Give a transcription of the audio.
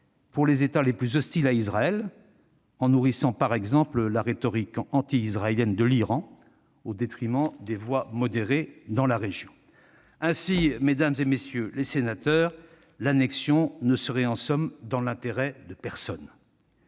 pour les États les plus hostiles à Israël, en nourrissant, par exemple, la rhétorique anti-israélienne de l'Iran, au détriment des voix modérées dans la région. Mesdames, messieurs les sénateurs, l'annexion ne serait, en somme, dans l'intérêt de personne